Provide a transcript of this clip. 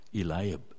Eliab